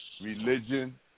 religion